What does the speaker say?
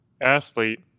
athlete